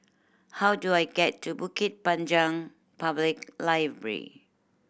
how do I get to Bukit Panjang Public Library